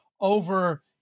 over